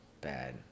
bad